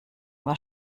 war